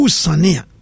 Usania